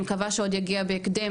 אני מקווה שהוא עוד יגיע בהקדם,